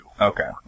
Okay